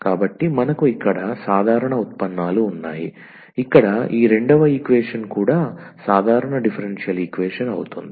కాబట్టి మనకు ఇక్కడ సాధారణ ఉత్పన్నాలు ఉన్నాయి ఇక్కడ ఈ రెండవ ఈక్వేషన్ కూడా సాధారణ డిఫరెన్షియల్ ఈక్వేషన్ అవుతుంది